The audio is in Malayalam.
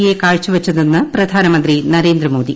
എ കാഴ്ചവച്ചതെന്ന് പ്രധാനമന്ത്രി നരേന്ദ്രമോദി